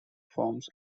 firms